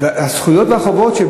הזכויות והחובות.